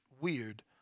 weird